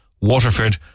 Waterford